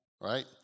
right